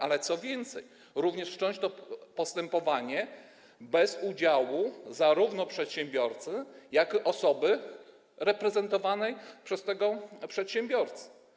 Ale co więcej, również będzie można wszcząć to postępowanie bez udziału zarówno przedsiębiorcy, jak i osoby reprezentowanej przez tego przedsiębiorcę.